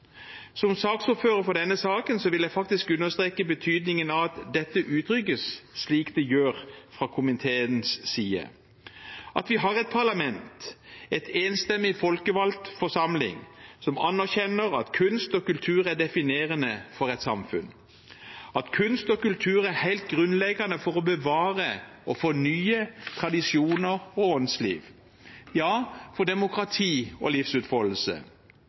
Som ordfører for denne saken vil jeg faktisk understreke betydningen av at dette uttrykkes slik det gjør fra komiteens side: at vi har et parlament, en enstemmig folkevalgt forsamling, som anerkjenner at kunst og kultur er definerende for et samfunn, at kunst og kultur er helt grunnleggende for å bevare og fornye tradisjoner og åndsliv